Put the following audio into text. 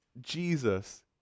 Jesus